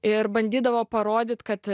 ir bandydavo parodyti kad